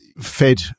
fed